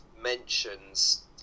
mentions